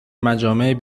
مجامع